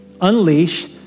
unleash